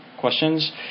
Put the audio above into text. questions